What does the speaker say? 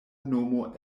nomo